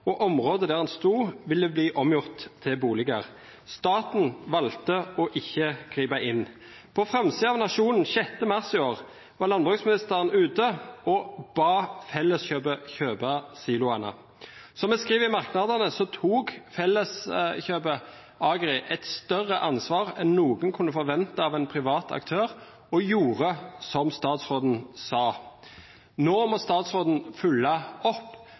og området der den sto, ville bli omgjort til boliger. Staten valgte ikke å gripe inn. På framsiden av Nationen 6. mars i år var landbruksministeren ute og ba Felleskjøpet kjøpe siloene. Som vi skriver i merknadene, tok Felleskjøpet Agri et større ansvar enn noen kunne forvente av en privat aktør, og gjorde som statsråden sa. Nå må statsråden følge opp,